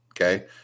Okay